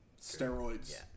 steroids